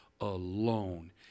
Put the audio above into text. alone